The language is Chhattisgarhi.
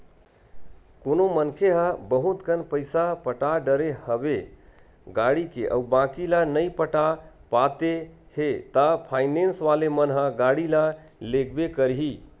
कोनो मनखे ह बहुत कन पइसा पटा डरे हवे गाड़ी के अउ बाकी ल नइ पटा पाते हे ता फायनेंस वाले मन ह गाड़ी ल लेगबे करही